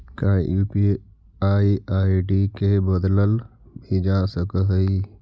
का UPI ID के बदलल भी जा सकऽ हई?